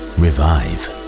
revive